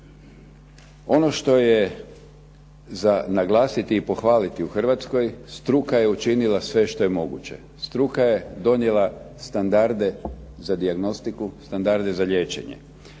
Ono što je za naglasiti i pohvaliti u Hrvatskoj, struka je učinila sve što je moguće, struka je donijela standarde za dijagnostiku, standarde za liječenje.